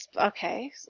okay